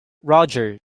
roger